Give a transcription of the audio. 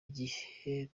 igihe